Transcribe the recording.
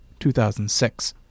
2006